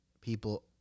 people